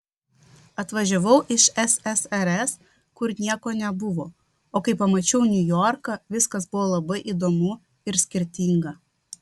atvažiavau iš ssrs kur nieko nebuvo o kai pamačiau niujorką viskas buvo labai įdomu ir skirtinga